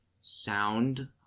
sound